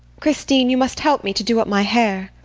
christine, you must help me to do up my hair.